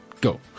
Go